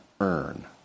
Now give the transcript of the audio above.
earn